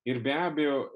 ir be abejo